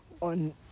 on